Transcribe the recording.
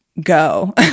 go